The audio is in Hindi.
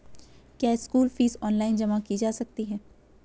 क्या स्कूल फीस ऑनलाइन जमा की जा सकती है?